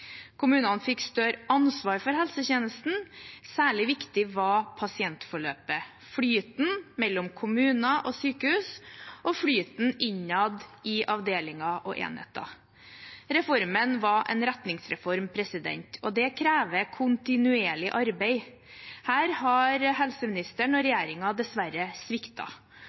Kommunene fikk større ansvar for helsetjenesten. Særlig viktig var pasientforløpet, flyten mellom kommuner og sykehus og flyten innad i avdelinger og enheter. Reformen var en retningsreform, og det krever kontinuerlig arbeid. Her har helseministeren og regjeringen dessverre